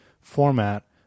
format